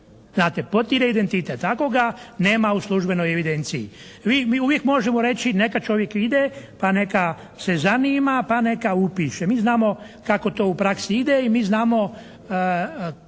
Znate? Potire identitet ako ga nema u službenoj evidenciji. Uvijek možemo reći neka čovjek ide pa neka se zanima pa neka upiše. Mi znamo kako to u praksi ide i mi znamo